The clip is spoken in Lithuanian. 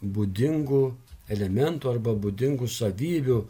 būdingų elementų arba būdingų savybių